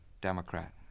Democrat